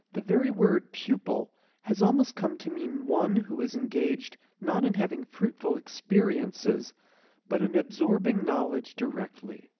the very word pupil has almost come to mean one who is engaged not in having fruitful experiences but in absorbing knowledge directly.